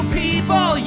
people